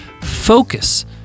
focus